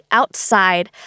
outside